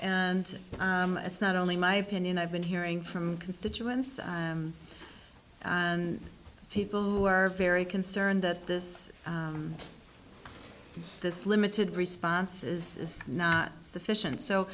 and it's not only my opinion i've been hearing from constituents and people who are very concerned that this this limited response is not sufficient so